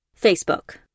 Facebook